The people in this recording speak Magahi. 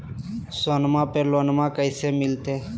सोनमा पे लोनमा कैसे मिलते?